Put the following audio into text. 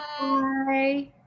Bye